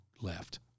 left